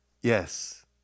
Yes